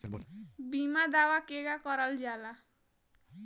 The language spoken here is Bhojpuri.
बीमा दावा केगा करल जाला?